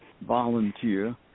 volunteer